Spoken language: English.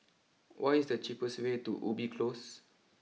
what is the cheapest way to Ubi close